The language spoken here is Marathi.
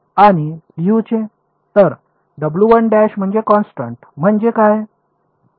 तर म्हणजे कॉन्स्टन्ट म्हणजे काय